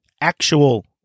actual